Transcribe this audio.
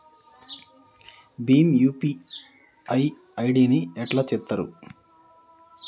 Bhim UPI ID ని ఎట్లా చేత్తరు?